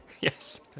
Yes